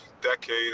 decade